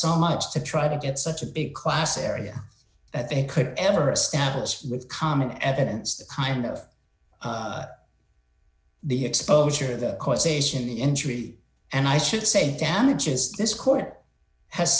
so much to try to get such a big class area that they could ever established with common evidence the kind of the exposure the causation the injury and i should say damages this court has